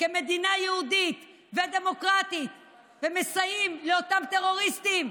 כמדינה יהודית ודמוקרטית ומסייעים לאותם טרוריסטים.